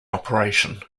operation